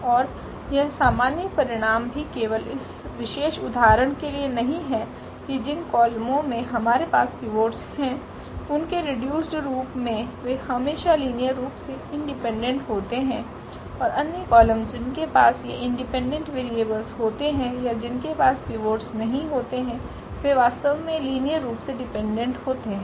और यह सामान्य परिणाम भी केवल इस विशेष उदाहरण के लिए नहीं है कि जिन कॉलमों में हमारे पास पिवोट्स हैं उनके रीडयुस्ड रूप में वे हमेशा लीनियर रूप से इंडिपेंडेंट होते हैं और अन्य कॉलम जिनके पास ये इंडिपेंडेंट वेरिएबल्स होते हैं या जिनके पास पिवोट्स नहीं होते हैं वे वास्तव में लीनियर रूप से डिपेंडेंट होते हैं